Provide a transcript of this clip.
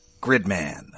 Gridman